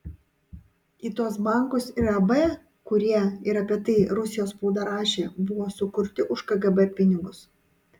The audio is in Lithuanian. į tuos bankus ir ab kurie ir apie tai rusijos spauda rašė buvo sukurti už kgb pinigus